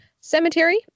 cemetery